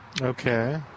Okay